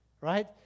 right